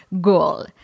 goal